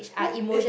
it